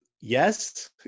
Yes